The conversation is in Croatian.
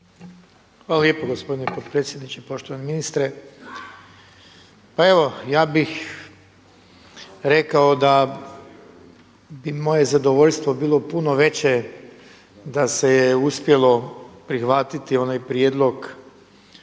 Hvala lijepo gospodine potpredsjedniče, poštovani ministre. Pa evo ja bih rekao da bi moje zadovoljstvo bilo puno veće da se je uspjelo prihvatiti onaj prijedlog